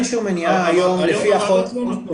אין שום מניעה היום לפי החוק.